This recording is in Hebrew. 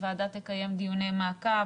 הוועדה תקיים דיוני מעקב,